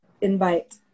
invite